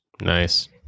Nice